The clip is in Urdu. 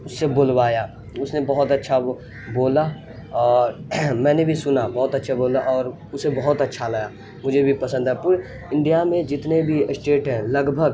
اس سے بلوایا اس نے بہت اچھا وہ بولا اور میں نے بھی سنا بہت اچھا بولا اور اسے بہت اچھا لگا مجھے بھی پسند آیا پورے انڈیا میں جتنے بھی اسٹیٹ ہیں لگ بھگ